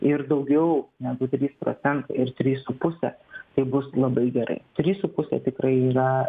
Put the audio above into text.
ir daugiau negu trys procentai ir trys su puse tai bus labai gerai trys su puse tikrai yra